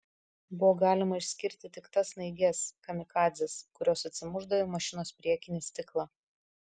buvo galima išskirti tik tas snaiges kamikadzes kurios atsimušdavo į mašinos priekinį stiklą